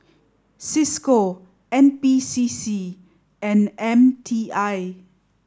Cisco N P C C and M T I